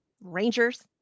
Rangers